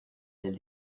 del